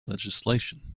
legislation